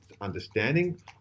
understanding